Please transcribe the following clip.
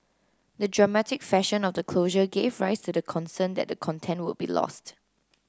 the dramatic fashion of the closure gave rise to the concern that the content would be lost